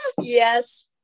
yes